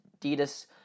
Adidas